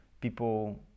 people